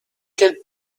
quel